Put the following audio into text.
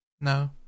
No